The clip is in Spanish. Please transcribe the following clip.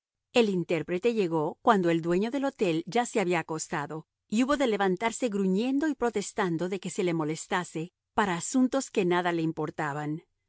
el intérprete llegó cuando el dueño del hotel ya se había acostado y hubo de levantarse gruñendo y protestando de que se le molestase para asuntos que nada le importaban